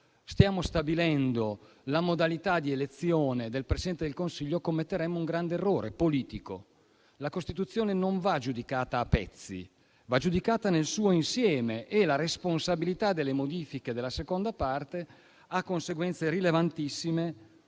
ad esempio la modalità di elezione del Presidente del Consiglio - si commetterebbe un grande errore politico. La Costituzione non va giudicata a pezzi, ma nel suo insieme e la responsabilità delle modifiche della seconda parte ha conseguenze rilevantissime